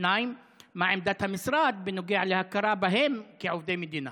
2. מה עמדת המשרד בנוגע להכרה בהם כעובדי מדינה?